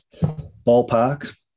ballpark